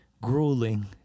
grueling